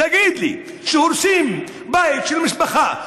תגיד לי: כשהורסים בית של משפחה,